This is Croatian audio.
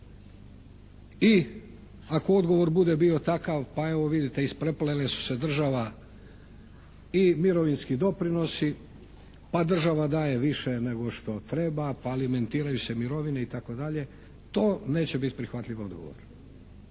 i ako odgovor bude takav, pa evo vidite ispreplele su se država i mirovinski doprinosi, pa država daje više nego što treba, pa alimentiraju se mirovine itd. To neće biti prihvatljiv odgovor.